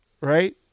Right